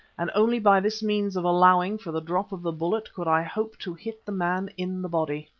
and only by this means of allowing for the drop of the bullet, could i hope to hit the man in the body.